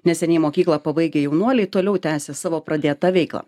neseniai mokyklą pabaigę jaunuoliai toliau tęsia savo pradėtą veiklą